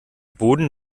boden